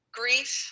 grief